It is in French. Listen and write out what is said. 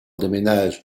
déménage